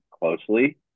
closely